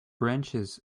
branches